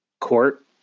court